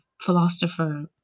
philosopher